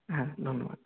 হুম ধন্যবাদ